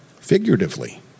Figuratively